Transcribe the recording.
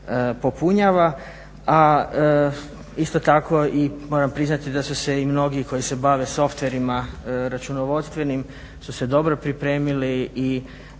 A isto tako moram priznati da su se i mnogi koji se bave softverima računovodstvenim su se dobro pripremili i